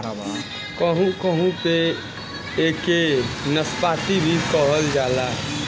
कहू कहू पे एके नाशपाती भी कहल जाला